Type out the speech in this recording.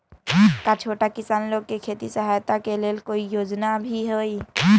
का छोटा किसान लोग के खेती सहायता के लेंल कोई योजना भी हई?